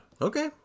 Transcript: Okay